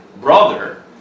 brother